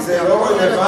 כי זה לא רלוונטי.